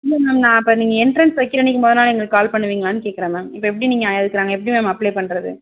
இல்லை மேம் நான் இப்போ நீங்கள் என்ட்ரன்ஸ் வைக்கிற அன்னிக்கு முத நாள் எங்களுக்கு கால் பண்ணுவிங்களான்னு கேட்கறேன் மேம் இப்போ எப்படி நீங்கள் எப்படி மேம் அப்ளை பண்ணுறது